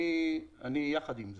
אני יחד עם זה.